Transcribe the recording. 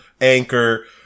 Anchor